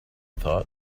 thought